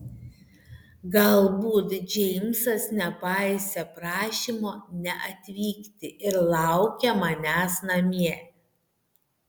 galbūt džeimsas nepaisė prašymo neatvykti ir laukia manęs namie